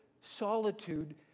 solitude